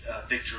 victory